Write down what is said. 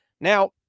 Now